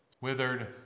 withered